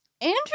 Andrew